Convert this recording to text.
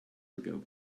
ago